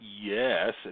yes